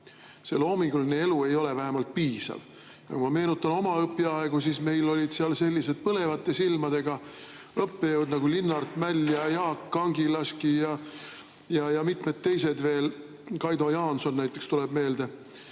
see loominguline elu ei ole vähemalt piisav. Kui ma meenutan oma õpiaegu, siis meil olid sellised põlevate silmadega õppejõud nagu Linnart Mäll, Jaak Kangilaski ja mitmed teised veel – Kaido Jaanson näiteks tuleb meelde